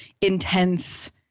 intense